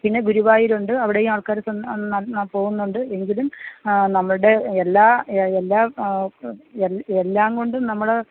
പിന്നെ ഗുരുവായൂരുണ്ട് അവിടെയുമാൾക്കാർ സൻ പോകുന്നുണ്ട് എങ്കിലും നമ്മളുടെ എല്ലാ എല്ലാ എൽ എല്ലാം കൊണ്ടും നമ്മൾ